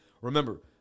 Remember